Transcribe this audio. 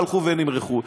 הלכו ונמרחו.